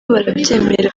barabyemera